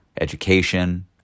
education